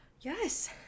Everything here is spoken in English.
Yes